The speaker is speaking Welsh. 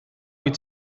wyt